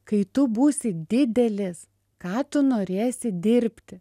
kai tu būsi didelis ką tu norėsi dirbti